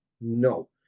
No